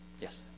Yes